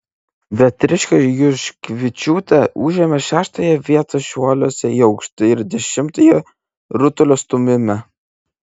beatričė juškevičiūtė užėmė šeštąją vietą šuoliuose į aukštį ir dešimtąją rutulio stūmime